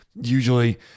Usually